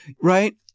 right